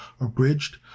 Abridged